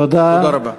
תודה רבה.